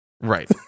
right